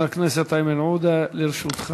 חבר הכנסת איימן עודה, לרשותך.